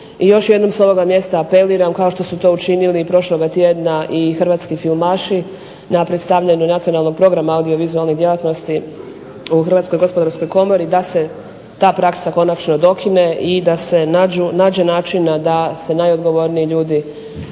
i još jednom s ovoga mjesta apeliram kao što su to učinili prošloga tjedna i Hrvatski filmaši na predstavljanju nacionalnog programa audiovizualnih djelatnosti u Hrvatskoj gospodarskoj komori da se ta praksa konačno dokine i da se nađe načina da se najodgovorniji ljudi